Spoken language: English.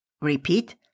Repeat